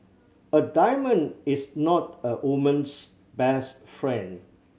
a diamond is not a woman's best friend